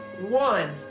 One